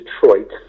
Detroit